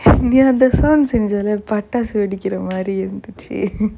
நீ அந்த:nee antha song செஞ்சல பட்டாசு வெடிக்குற மாரி இருந்துச்சு:senjala pattaasu vedikkuramaari irunthuchu